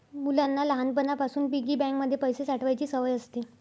मुलांना लहानपणापासून piggy bank मध्ये पैसे साठवायची सवय असते